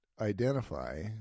identify